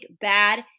bad